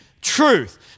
truth